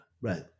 Right